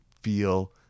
feel